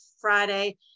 Friday